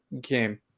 game